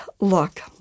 Look